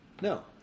No